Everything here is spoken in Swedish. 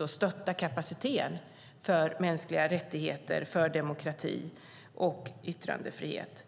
och stötta kapaciteten för mänskliga rättigheter, demokrati och yttrandefrihet.